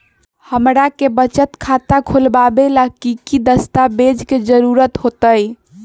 हमरा के बचत खाता खोलबाबे ला की की दस्तावेज के जरूरत होतई?